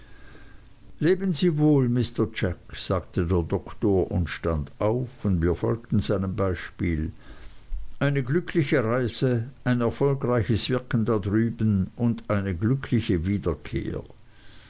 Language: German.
leben sie wohl mr jack sagte der doktor und stand auf und wir alle folgten seinem beispiel eine glückliche reise ein erfolgreiches wirken da drüben und glückliche wiederkehr